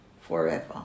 forever